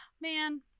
Man